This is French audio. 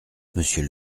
monsieur